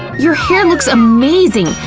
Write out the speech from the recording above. your hair looks amazing!